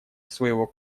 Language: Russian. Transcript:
своего